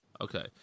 Okay